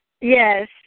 Yes